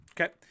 Okay